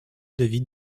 david